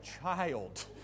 child